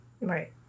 Right